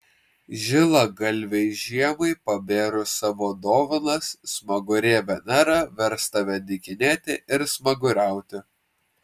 žilagalvei žiemai pabėrus savo dovanas smagurė venera vers tave dykinėti ir smaguriauti